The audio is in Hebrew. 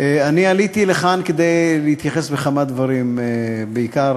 עליתי לכאן כדי להתייחס לכמה דברים, בעיקר